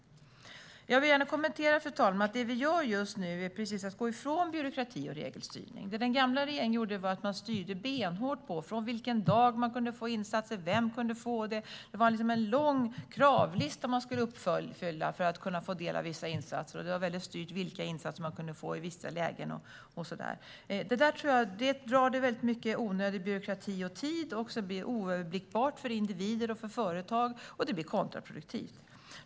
Jag vill gärna säga, fru talman, att det vi gör är att gå ifrån byråkrati och regelstyrning. Den tidigare regeringen styrde benhårt från vilken dag man kunde få insatsen och vem som kunde få den. För att få del av vissa insatser skulle man uppfylla en lång kravlista. Det var hårt styrt vilka insatser man kunde få och i vilka lägen. Sådant medför mycket onödig byråkrati och tar tid, och det blir dessutom oöverblickbart för individer och företag. Det blir kontraproduktivt.